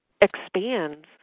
expands